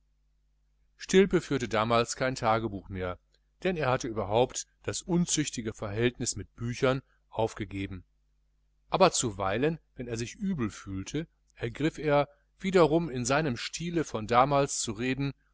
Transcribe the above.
stilpe führte damals kein tagebuch mehr denn er hatte überhaupt das unzüchtige verhältnis mit büchern aufgegeben aber zuweilen wenn er sich übel fühlte ergriff er wiederum in seinem stile von damals zu reden